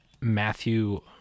matthew